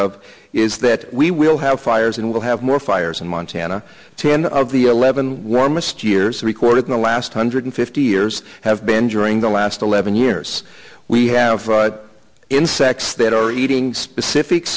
of is that we will have fires and we'll have more fires in montana ten of the eleven warmest years recorded in the last hundred fifty years have been during the last eleven years we have insects that are eating specific